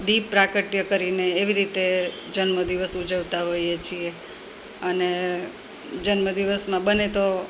દીપ પ્રાગટ્ય કરીને એવી રીતે જન્મદિવસ ઉજવતા હોઈએ છીએ અને જન્મદિવસમાં બને તો